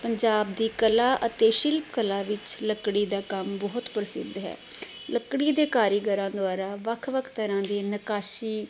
ਪੰਜਾਬ ਦੀ ਕਲਾ ਅਤੇ ਸ਼ਿਲਪ ਕਲਾ ਵਿੱਚ ਲੱਕੜੀ ਦਾ ਕੰਮ ਬਹੁਤ ਪ੍ਰਸਿੱਧ ਹੈ ਲੱਕੜੀ ਦੇ ਕਾਰੀਗਰਾਂ ਦੁਆਰਾ ਵੱਖ ਵੱਖ ਤਰ੍ਹਾਂ ਦੇ ਨਕਾਸ਼ੀ